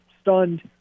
stunned